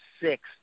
six